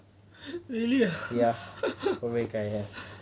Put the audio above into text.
really ah